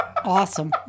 awesome